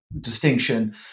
distinction